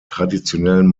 traditionellen